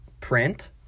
print